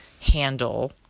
handle